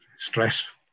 Stress